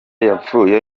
yapfuye